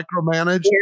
micromanage